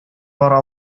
бара